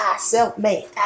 Self-made